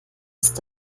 ist